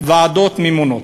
ועדות ממונות.